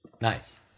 Nice